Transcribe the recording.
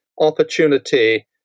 opportunity